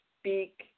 speak